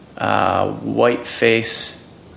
Whiteface